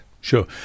Sure